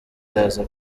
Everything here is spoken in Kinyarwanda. iraza